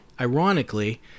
ironically